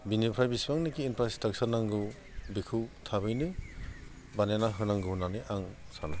बिनिफ्राय बिसिबांनाखि इन्फ्रास्ट्राक्चार नांगौ बेखौ थाबैनो बानायना होनांगौ होननानै आङो सानो